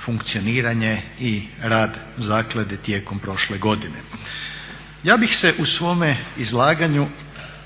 funkcioniranje i rad zaklade tijekom prošle godine. Ja bih se u svome izlaganju